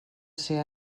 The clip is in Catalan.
ser